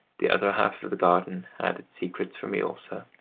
the other half of the garden had its secrets for me also.